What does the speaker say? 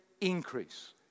increase